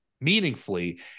meaningfully